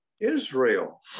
Israel